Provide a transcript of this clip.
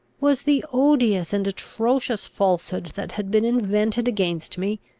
was the odious and atrocious falsehood that had been invented against me,